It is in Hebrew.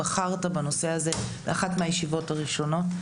בחרת בנושא הזה באחת מהישיבות הראשונות.